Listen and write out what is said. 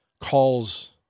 calls